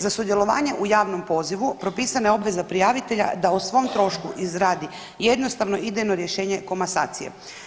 Za sudjelovanje u javnom pozivu propisana je obveza prijavitelja da o svom trošku izradi jednostavno idejno rješenje komasacije.